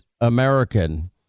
American